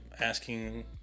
asking